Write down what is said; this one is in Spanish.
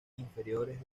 inferiores